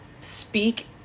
speak